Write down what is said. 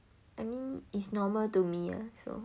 I mean it's normal to me lah so